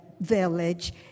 village